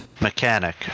mechanic